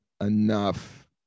enough